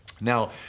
Now